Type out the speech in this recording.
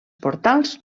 portals